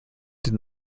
did